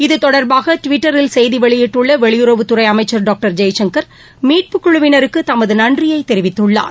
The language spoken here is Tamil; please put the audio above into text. இது தொடர்பாக டுவிட்டரில் செய்தி வெளியிட்டுள்ள வெளியுறவுத்துறை அமைச்சர் டாக்டர் ஜெய்சங்கர் மிட்புக் குழுவினருக்கு தமது நன்றியை தெரிவித்துள்ளார்